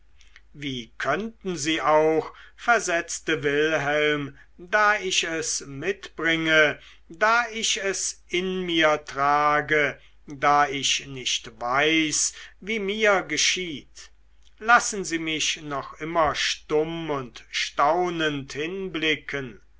wie könnten sie auch versetzte wilhelm da ich es mitbringe da ich es in mir trage da ich nicht weiß wie mir geschieht lassen sie mich noch immer stumm und staunend hinblicken